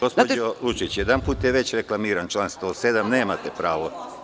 Gospođo Lučić, jedanput je već reklamiran član 107. nemate pravo.